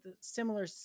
similar